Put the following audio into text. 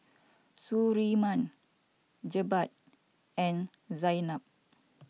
Surinam Jebat and Zaynab